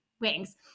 wings